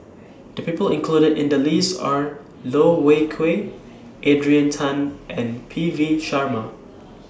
The People included in The list Are Loh Wai Kiew Adrian Tan and P V Sharma